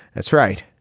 that's right.